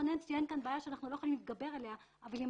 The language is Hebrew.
רונן בשארי ציין כאן בעיה שאנחנו לא יכולים להתגבר עליה אבל היא